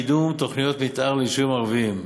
קידום תוכניות מתאר ליישובים ערביים,